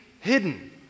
hidden